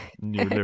new